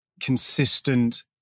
consistent